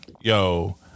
Yo